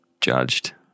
judged